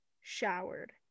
Showered